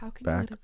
Back